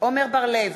עמר בר-לב,